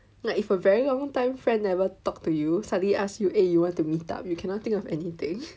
like if a very long time friend never talk to you suddenly ask you eh you want to meet up you cannot think of anything